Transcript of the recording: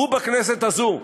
ובכנסת הזאת,